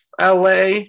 LA